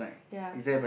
yea